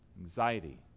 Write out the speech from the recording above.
anxiety